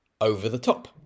over-the-top